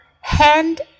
hand